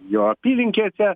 jo apylinkėse